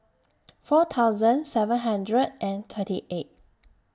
four thousand seven hundred and thirty eight